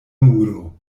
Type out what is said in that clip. muro